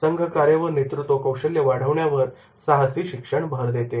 संघकार्य व नेतृत्व कौशल्य वाढवण्यावर साहसी शिक्षण भर देते